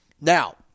Now